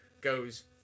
goes